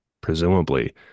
presumably